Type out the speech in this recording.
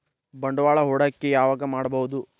ಬಂಡವಾಳ ಹೂಡಕಿ ಯಾವಾಗ್ ಮಾಡ್ಬಹುದು?